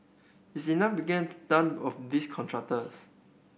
is enough begin done of these contractors